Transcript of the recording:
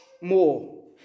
more